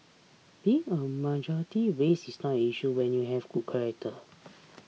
being a majority race is not an issue when you have good character